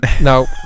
No